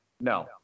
No